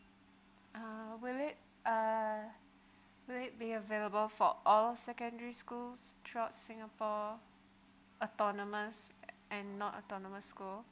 ah will it uh will it be available for all of secondary schools throughout singapore autonomous and not autonomous school